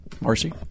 Marcy